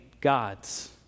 gods